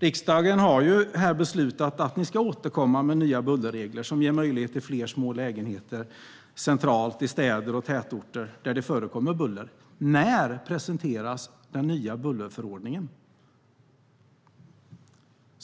Riksdagen har beslutat att regeringen ska återkomma med nya bullerregler som ger möjlighet till fler små lägenheter centralt i städer och tätorter där det förekommer buller. När presenteras den nya bullerförordningen?